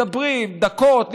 מדברים דקות,